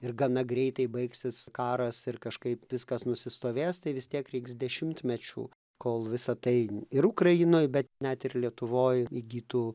ir gana greitai baigsis karas ir kažkaip viskas nusistovės tai vis tiek reiks dešimtmečių kol visa tai ir ukrainoj bet net ir lietuvoj įgytų